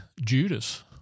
Judas